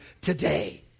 today